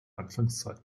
anfangszeit